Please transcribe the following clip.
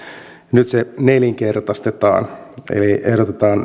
nyt se nelinkertaistetaan eli ehdotetaan